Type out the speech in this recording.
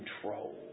control